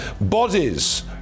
Bodies